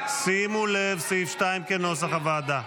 שימו לב, סעיף 2 כנוסח הוועדה.